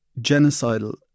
genocidal